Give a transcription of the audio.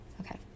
Okay